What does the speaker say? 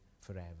forever